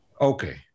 Okay